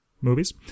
movies